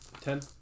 Ten